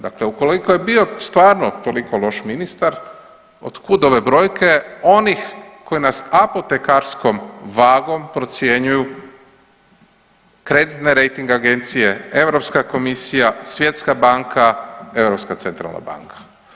Dakle, ukoliko je bio stvarno toliko loš ministar od kud ove brojke onih koji nas apotekarskom vagom procjenjuju, kreditne rejting agencije, Europska komisija, Svjetska banka, Europska centralna banka?